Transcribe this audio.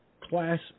Class